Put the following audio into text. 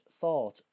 thought